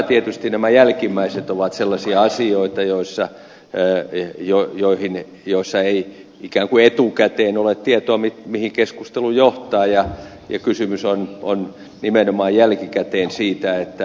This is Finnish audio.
tietysti nämä jälkimmäiset ovat sellaisia asioita joissa ei ikään kuin ole etukäteen tietoa siitä mihin keskustelu johtaa ja kysymys on nimenomaan jälkikäteen siitä että